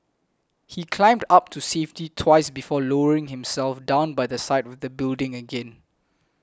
he climbed up to safety twice before lowering himself down by the side of the building again